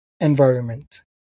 environment